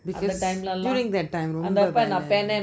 it is during that time ரொம்ப இருக்கும்ல:romba irukumla